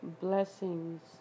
blessings